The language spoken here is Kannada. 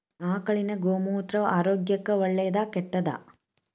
ಆಕಳಿನ ಗೋಮೂತ್ರ ಆರೋಗ್ಯಕ್ಕ ಒಳ್ಳೆದಾ ಕೆಟ್ಟದಾ?